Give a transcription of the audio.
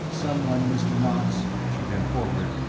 someone, mr. knox, she bent forward,